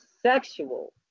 sexual